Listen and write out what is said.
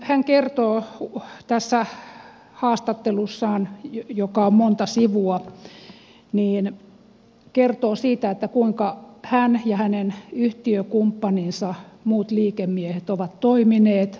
hän kertoo tässä haastattelussaan joka on monta sivua siitä kuinka hän ja hänen yhtiökumppaninsa muut liikemiehet ovat toimineet